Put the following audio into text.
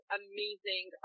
amazing